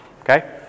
Okay